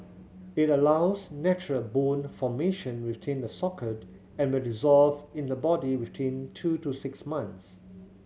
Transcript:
it allows natural bone formation within the socket and will dissolve in the body within two to six months